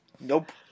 Nope